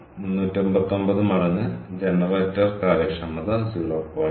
389 മടങ്ങ് ജനറേറ്റർ കാര്യക്ഷമത 0